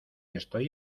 estoy